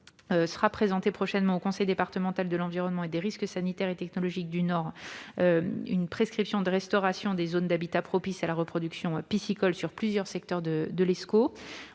sera présentée prochainement au conseil départemental de l'environnement et des risques sanitaires et technologiques (Coderst) du Nord une prescription de restauration des zones d'habitat propices à la reproduction piscicole sur plusieurs secteurs de l'Escaut.